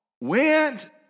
went